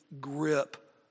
grip